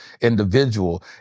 individual